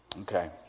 Okay